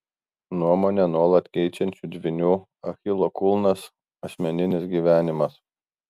nuomonę nuolat keičiančių dvynių achilo kulnas asmeninis gyvenimas